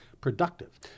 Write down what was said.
productive